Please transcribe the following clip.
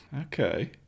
Okay